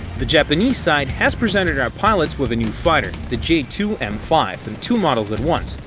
the japanese side has presented our pilots with a new fighter, the j two m five, and two models at once.